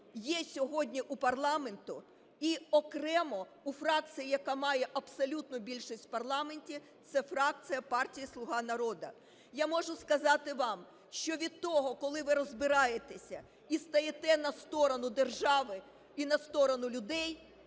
є сьогодні у парламенту і окремо у фракції, яка має абсолютну більшість в парламенті - це фракція партії "Слуга народу". Я можу сказати вам, що від того, коли ви розбираєтеся і стаєте на сторону держави і на сторону людей,